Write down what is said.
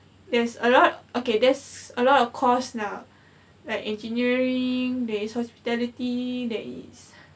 there's a lot okay there's a lot of course now like engineering there's hospitality there is